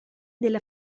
della